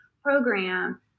program